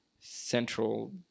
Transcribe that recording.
central